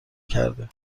کرده